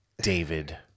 David